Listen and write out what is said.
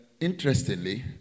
Interestingly